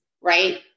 right